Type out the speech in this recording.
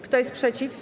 Kto jest przeciw?